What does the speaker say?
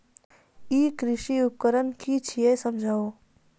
ई कृषि उपकरण कि छियै समझाऊ?